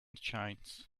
shines